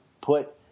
put